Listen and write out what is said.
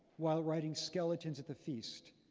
while writing skeletons at the feast.